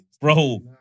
Bro